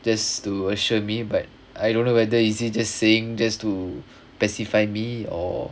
just to assure me but I don't know whether is it just saying just to pacify me or